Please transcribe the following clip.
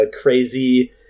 crazy